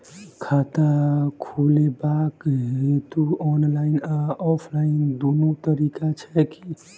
खाता खोलेबाक हेतु ऑनलाइन आ ऑफलाइन दुनू तरीका छै की?